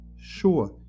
Sure